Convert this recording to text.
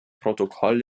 protokoll